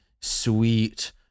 sweet